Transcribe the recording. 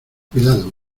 cuidado